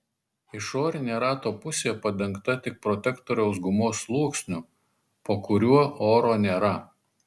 išorinė rato pusė padengta tik protektoriaus gumos sluoksniu po kuriuo oro nėra